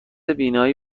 بینایی